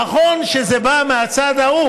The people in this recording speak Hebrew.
נכון שזה בא מהצד ההוא